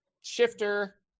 Shifter